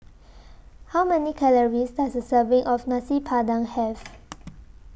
How Many Calories Does A Serving of Nasi Padang Have